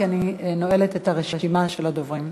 כי אני נועלת את רשימת הדוברים.